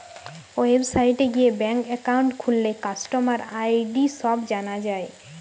ওয়েবসাইটে গিয়ে bank account খুললে কাস্টমার আই.ডি সব জানা যায়